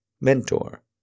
mentor